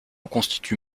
constitue